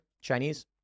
Chinese